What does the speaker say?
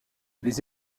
les